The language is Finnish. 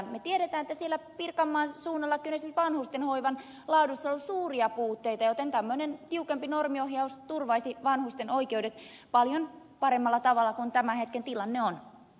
me tiedämme että siellä pirkanmaan suunnallakin on esimerkiksi vanhustenhoivan laadussa suuria puutteita joten tämmöinen tiukempi normiohjaus turvaisi vanhusten oikeudet paljon paremmalla tavalla kuin tämän hetken tilanne on